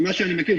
ממה שאני מכיר,